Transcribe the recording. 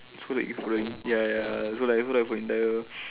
so like ya ya